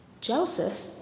Joseph